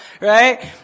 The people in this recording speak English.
right